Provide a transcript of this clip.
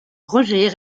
roger